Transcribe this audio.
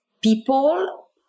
people